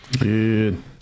Good